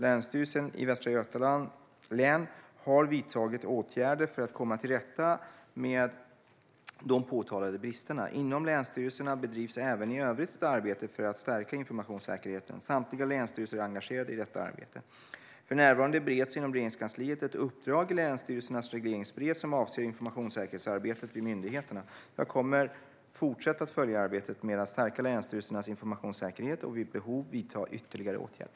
Länsstyrelsen i Västra Götalands län har vidtagit åtgärder för att komma till rätta med de påtalade bristerna. Inom länsstyrelserna bedrivs även i övrigt ett arbete för att stärka informationssäkerheten. Samtliga länsstyrelser är engagerade i detta arbete. För närvarande bereds inom Regeringskansliet ett uppdrag i länsstyrelsernas regleringsbrev som avser informationssäkerhetsarbetet vid myndigheterna. Jag kommer att fortsätta att följa arbetet med att stärka länsstyrelsernas informationssäkerhet och vid behov vidta ytterligare åtgärder.